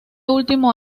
último